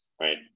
Right